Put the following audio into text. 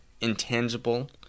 intangible